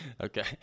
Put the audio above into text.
Okay